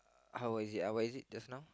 how was it uh what is it just now